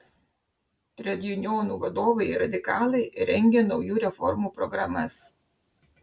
tredjunionų vadovai ir radikalai rengė naujų reformų programas